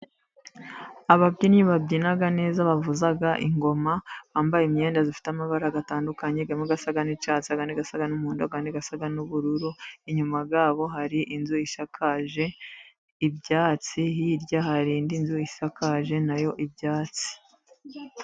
Ababyinnyi babyina neza bavuza ingoma, bambaye imyenda ifite amabara atandukanye harimo asa n'icyatsi andi asa n'umuhodo, andi asa n'ubururu. Inyuma yabo hari inzu isakaje ibyatsi, hirya hari indi nzu isakaje nayo ibyatsi.